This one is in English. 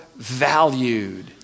valued